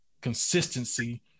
consistency